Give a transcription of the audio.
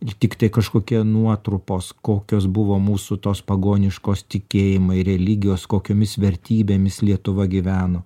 ir tiktai kažkokia nuotrupos kokios buvo mūsų tos pagoniškos tikėjimai religijos kokiomis vertybėmis lietuva gyveno